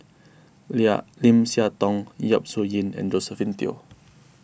Lim Siah Tong Yap Su Yin and Josephine Teo